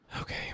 Okay